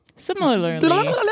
similarly